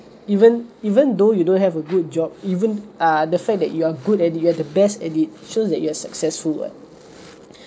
even even though you don't have a good job even err the fact that you are good at it you're the best at it shows that you are successful [what]